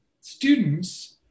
students